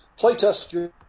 playtest